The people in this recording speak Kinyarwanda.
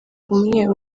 umwe